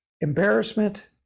embarrassment